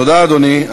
תודה, אדוני.